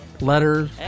Letters